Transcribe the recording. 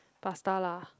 pasta lah